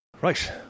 Right